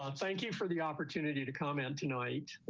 um thank you for the opportunity to comment tonight.